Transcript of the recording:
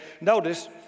notice